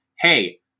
hey